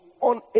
on